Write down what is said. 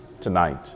tonight